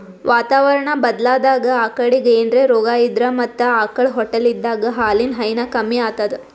ವಾತಾವರಣಾ ಬದ್ಲಾದಾಗ್ ಆಕಳಿಗ್ ಏನ್ರೆ ರೋಗಾ ಇದ್ರ ಮತ್ತ್ ಆಕಳ್ ಹೊಟ್ಟಲಿದ್ದಾಗ ಹಾಲಿನ್ ಹೈನಾ ಕಮ್ಮಿ ಆತದ್